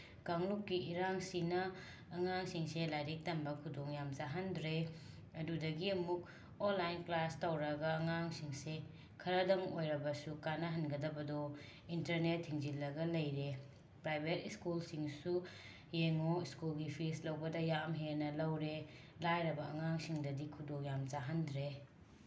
ꯀꯥꯡꯂꯨꯞꯀꯤ ꯏꯔꯥꯡꯁꯤꯅ ꯑꯉꯥꯡꯁꯤꯡꯁꯦ ꯂꯥꯏꯔꯤꯛ ꯇꯝꯕ ꯈꯨꯗꯣꯡ ꯌꯥꯝ ꯆꯥꯍꯟꯗ꯭ꯔꯦ ꯑꯗꯨꯗꯒꯤ ꯑꯃꯨꯛ ꯑꯣꯟꯂꯥꯏꯟ ꯀ꯭ꯂꯥꯁ ꯇꯧꯔꯒ ꯑꯉꯥꯡꯁꯤꯡꯁꯤ ꯈꯔꯗꯪ ꯑꯣꯏꯔꯕꯁꯨ ꯀꯥꯟꯅꯍꯟꯒꯗꯕꯗꯣ ꯏꯟꯇꯔꯅꯦꯠ ꯊꯤꯡꯖꯤꯜꯂꯒ ꯂꯩꯔꯦ ꯄ꯭ꯔꯥꯏꯚꯦꯠ ꯁ꯭ꯀꯨꯜꯁꯤꯡꯁꯨ ꯌꯦꯡꯉꯨ ꯁ꯭ꯀꯨꯜꯒꯤ ꯐꯤꯁ ꯂꯧꯕꯗ ꯌꯥꯝ ꯍꯦꯟꯅ ꯂꯧꯔꯦ ꯂꯥꯏꯔꯕ ꯑꯉꯥꯡꯁꯤꯡꯗꯗꯤ ꯈꯨꯗꯣꯡ ꯌꯥꯝ ꯆꯥꯍꯟꯗ꯭ꯔꯦ